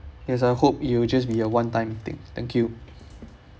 yes I hope it'll just be a one time thing thank you